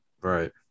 right